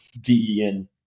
D-E-N